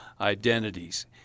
identities